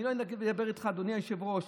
אני לא אדבר איתך, אדוני היושב-ראש,